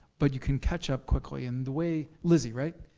but you can catch up quickly. and the way, lizzy, right?